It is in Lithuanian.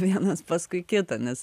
vienas paskui kitą nes